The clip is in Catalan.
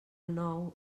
nou